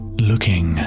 Looking